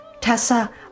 Tessa